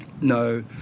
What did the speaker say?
no